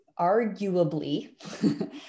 arguably